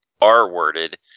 r-worded